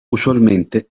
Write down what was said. usualmente